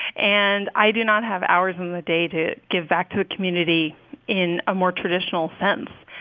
and i do not have hours in the day to give back to a community in a more traditional sense.